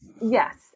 Yes